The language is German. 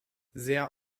sehr